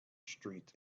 street